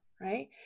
right